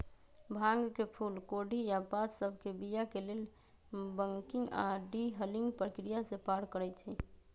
भांग के फूल कोढ़ी आऽ पात सभके बीया के लेल बंकिंग आऽ डी हलिंग प्रक्रिया से पार करइ छै